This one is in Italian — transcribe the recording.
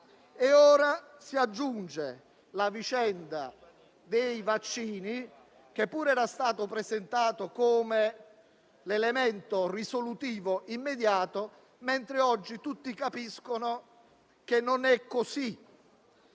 ora si aggiunge la vicenda dei vaccini, che pure era stata presentata come l'elemento risolutivo immediato, mentre oggi tutti capiscono che non è così.